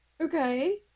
Okay